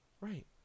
Right